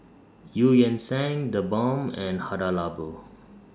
EU Yan Sang TheBalm and Hada Labo